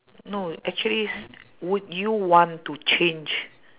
no actually is would you want to change